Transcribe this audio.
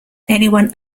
anyone